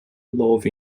love